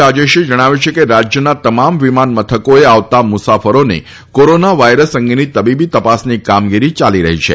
રાજેશે જણાવ્યું છે કે રાજયના તમામ વિમાન મથકોએ આવતા મુસાફરોની કોરોના વાયરસ અંગેની તબીબી તપાસની કામગીરી યાલી રહી છે